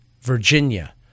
Virginia